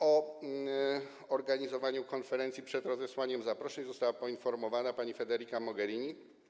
O organizowaniu konferencji przed rozesłaniem zaproszeń została poinformowana pani Federica Mogherini.